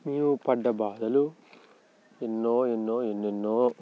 మేము పడ్డ బాధలు ఎన్నో ఎన్నో ఎన్నెన్నో